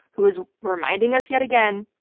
who is reminding us yet again,